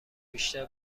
بیشتر